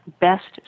best